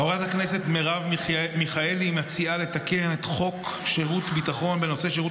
חברת הכנסת מרב מיכאלי מציעה לתקן את חוק שירות ביטחון בנושא שירות